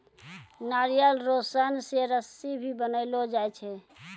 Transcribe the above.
नारियल रो सन से रस्सी भी बनैलो जाय छै